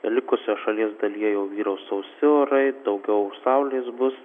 likusioje šalies dalyje jau vyraus sausi orai daugiau saulės bus